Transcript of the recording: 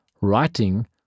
Writing